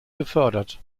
gefördert